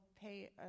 pay